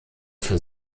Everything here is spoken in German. für